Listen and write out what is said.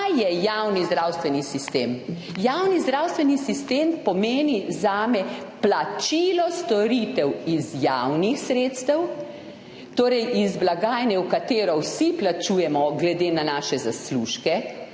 kaj je javni zdravstveni sistem? Javni zdravstveni sistem pomeni zame plačilo storitev iz javnih sredstev, torej iz blagajne, v katero vsi plačujemo glede na svoje zaslužke.